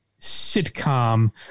sitcom